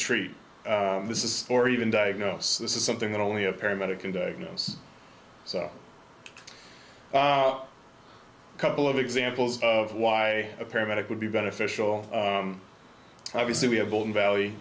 t this is or even diagnose this is something that only a paramedic can diagnose so a couple of examples of why a paramedic would be beneficial obviously we have all in valley